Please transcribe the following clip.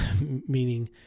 meaning